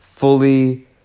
fully